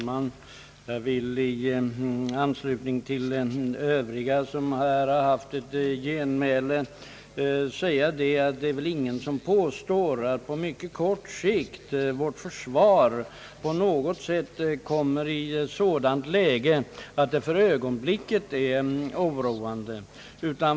Jag vill i anslutning till vad som sagts i övriga genmälen säga att det väl inte är någon som påstår att vårt försvar på mycket kort sikt kommer i ett läge som är oroande.